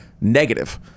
Negative